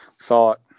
thought